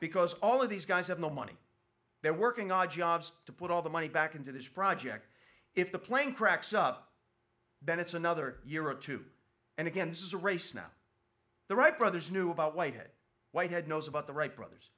because all of these guys have no money they're working odd jobs to put all the money back into this project if the plane cracks up ben it's another year or two and again this is a race now the wright brothers knew about white hair white had knows about the wright brothers